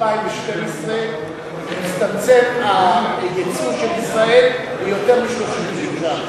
ביוני 2012, הצטמצם היצוא של ישראל ליותר מ-33,